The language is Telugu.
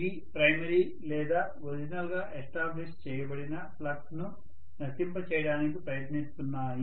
ఇవి ప్రైమరీ లేదా ఒరిజినల్ గా ఎస్టాబ్లిష్ చేయబడిన ఫ్లక్స్ ను నశింప చేయడానికి ప్రయత్నిస్తున్నాయి